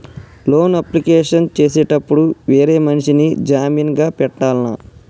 Loan application చేసేటప్పుడు వేరే మనిషిని జామీన్ గా పెట్టాల్నా?